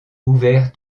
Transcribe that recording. ouvert